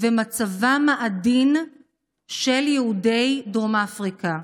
ומצבם העדין של יהודי דרום אפריקה,